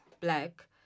black